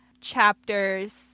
chapters